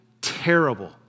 terrible